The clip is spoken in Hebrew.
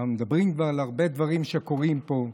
ואנחנו מדברים כבר על הרבה דברים שקורים פה,